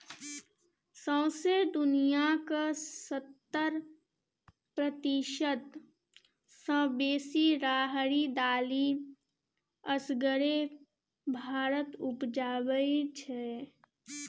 सौंसे दुनियाँक सत्तर प्रतिशत सँ बेसी राहरि दालि असगरे भारत उपजाबै छै